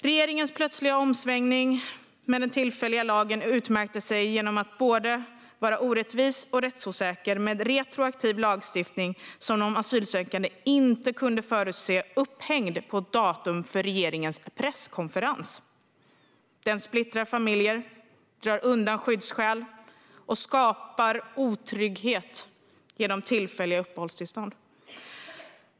Regeringens plötsliga omsvängning med den tillfälliga lagen utmärkte sig genom att vara både orättvis och rättsosäker - en retroaktiv lagstiftning som de asylsökande inte kunde förutse, upphängd på ett datum för regeringens presskonferens. Den splittrar familjer, drar undan skyddsskäl och skapar otrygghet genom tillfälliga uppehållstillstånd.